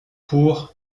pour